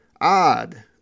odd